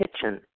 kitchen